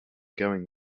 going